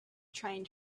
trying